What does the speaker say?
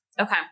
Okay